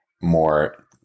more